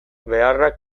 beharrak